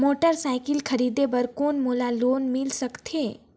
Motorcycle खरीदे बर कौन मोला लोन मिल सकथे?